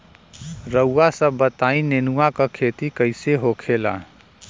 रउआ सभ बताई नेनुआ क खेती कईसे होखेला?